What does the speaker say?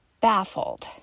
baffled